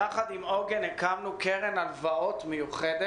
יחד עם "עוגן" הקמנו קרן הלוואות מיוחדת